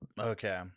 okay